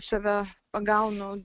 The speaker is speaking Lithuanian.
save pagaunu